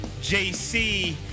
jc